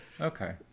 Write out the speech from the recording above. okay